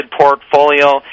portfolio